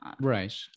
Right